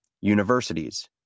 Universities